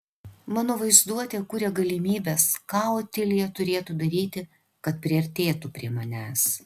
mano vaizduotė kuria galimybes ką otilija turėtų daryti kad priartėtų prie manęs